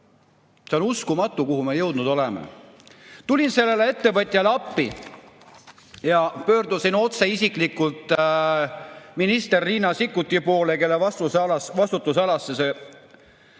See on uskumatu, kuhu me jõudnud oleme! Tulin sellele ettevõtjale appi ja pöördusin otse isiklikult minister Riina Sikkuti poole, kelle vastutusalasse see